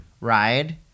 ride